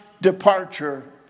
departure